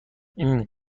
این